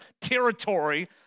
territory